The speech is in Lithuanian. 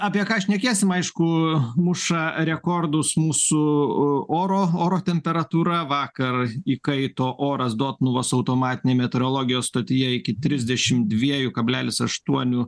apie ką šnekėsim aišku muša rekordus mūsų oro oro temperatūra vakar įkaito oras dotnuvos automatinėj meteorologijos stotyje iki trisdešimt kablelis aštuonių